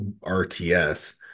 RTS